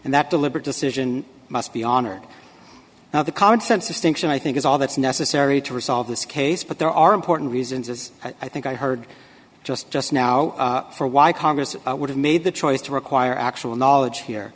and that deliberate decision must be honored now the common sense of stinks and i think is all that's necessary to resolve this case but there are important reasons as i think i heard just just now for why congress would have made the choice to require actual knowledge here